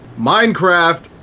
Minecraft